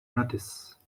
notice